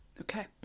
Okay